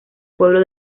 pueblo